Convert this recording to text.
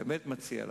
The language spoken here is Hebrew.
באמת מציע לכם,